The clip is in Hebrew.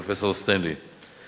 פרופסור סטנלי פישר.